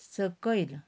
सकयल